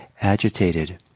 agitated